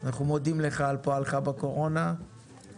ואנחנו מודים לך על פועלך בקורונה ועל